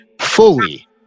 fully